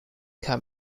can